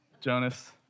Jonas